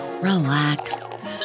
relax